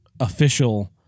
Official